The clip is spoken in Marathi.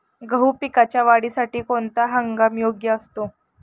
गहू पिकाच्या वाढीसाठी कोणता हंगाम योग्य असतो?